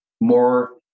more